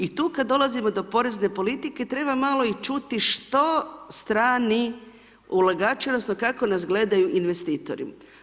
I tu kad dolazimo do porezne politike treba malo i čuti što strani ulagači odnosno kako nas gledaju investitori.